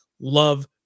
Love